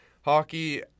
hockey